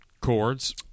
chords